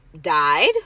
died